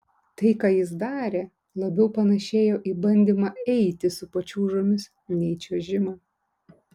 tai ką jis darė labiau panėšėjo į bandymą eiti su pačiūžomis nei čiuožimą